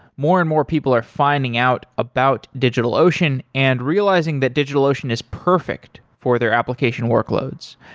more and more, people are finding out about digitalocean and realizing that digitalocean is perfect for their application workloads.